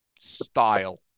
style